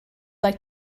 like